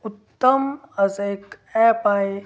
उत्तम असं एक ॲप आहे